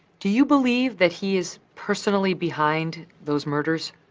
do you believe that he is personally behind those murders?